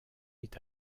est